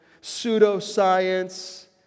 pseudo-science